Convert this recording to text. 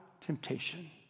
temptation